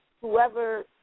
whoever